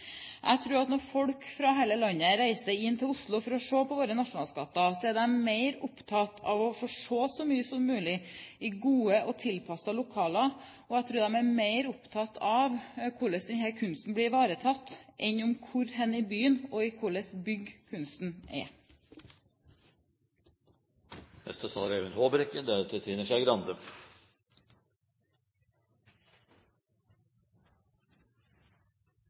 Jeg tror at når folk fra hele landet reiser inn til Oslo for å se på våre nasjonalskatter, er de mer opptatt av å få se så mye som mulig i gode og tilpassede lokaler og av hvordan denne kunsten blir ivaretatt, enn av hvor i byen og i hva slags bygg kunsten er. Nasjonalmuseets hovedoppgave er